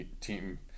team